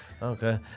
Okay